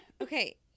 Okay